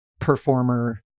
performer